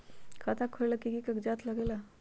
खाता खोलेला कि कि कागज़ात लगेला?